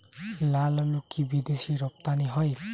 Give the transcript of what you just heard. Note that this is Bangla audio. লালআলু কি বিদেশে রপ্তানি হয়?